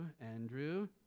Andrew